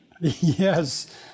Yes